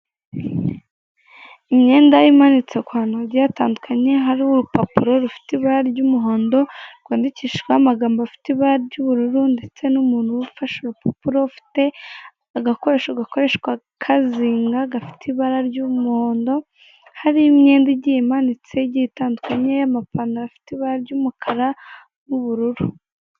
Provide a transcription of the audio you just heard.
Imyenda imanitse kuhantu hagiye hatandukanye hariho urupapuro rufite ibara ry'umuhondo rwandikishijweho amagambo afite ibara ry'ubururu ndetse n'umuntu ufashe urupapuro ufite agakoresho gakoreshwa kazinga gafite ibara ry'umuhondo, hari n'imwenda igiye imanitse igiye itandukanye akamapantaro afite ibara ry'umukara n'ubururu.